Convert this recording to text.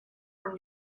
from